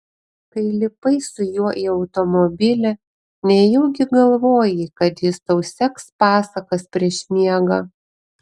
kai lipai su juo į automobilį nejaugi galvojai kad jis tau seks pasakas prieš miegą